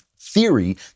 theory